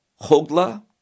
hogla